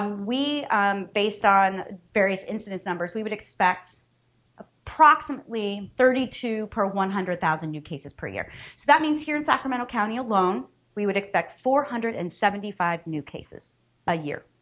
ah we based on various incidence numbers we would expect approximately thirty two per one hundred thousand new cases per year. so that means here in sacramento county alone we would expect four hundred and seventy five new cases a year.